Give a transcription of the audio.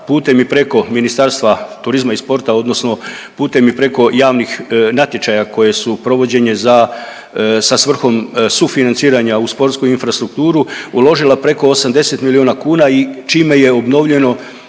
putem i preko Ministarstva turizma i sporta odnosno putem i preko javnih natječaja koje su provođenje za sa svrhom sufinanciranja u sportsku infrastrukturu uložila preko 80 milijuna kuna i čime je obnovljeno